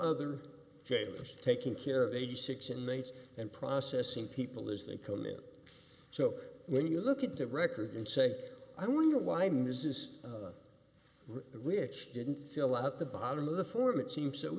jailers taking care of eighty six inmates and processing people as they come in so when you look at the record and say i wonder why misess rich didn't fill out the bottom of the form it seems so